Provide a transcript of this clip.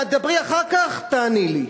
תדברי אחר כך ותעני לי.